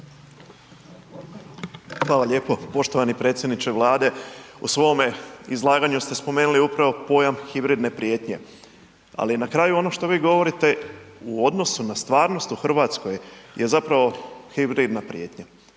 Hvala lijepo. Poštovani predsjedniče Vlade u svome izlaganju ste spomenuli upravo pojam hibridne prijetnje, ali na kraju ono što vi govorite u odnosu na stvarnost u Hrvatskoj je zapravo hibridna prijetnja.